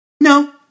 No